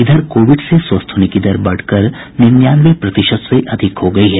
इधर कोविड से स्वस्थ होने की दर बढ़कर निन्यानवे प्रतिशत से अधिक हो गई है